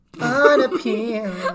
Unappealing